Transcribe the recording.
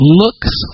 looks